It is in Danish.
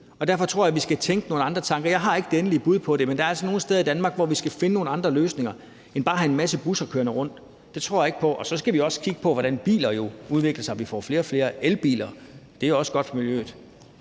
Derfor tror jeg, vi skal tænke nogle andre tanker. Jeg har ikke det endelige bud på det, men der er altså nogle steder i Danmark, hvor vi skal finde nogle andre løsninger end bare at have en masse busser kørende rundt. Det tror jeg ikke på. Og så skal vi også kigge på, hvordan biler jo udvikler sig. Vi får flere og flere elbiler – det er også godt for miljøet.